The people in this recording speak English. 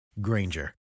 Granger